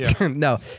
No